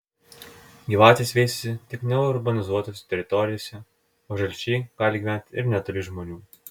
gyvatės veisiasi tik neurbanizuotose teritorijose o žalčiai gali gyventi ir netoli žmonių